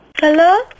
Hello